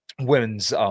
women's